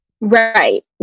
right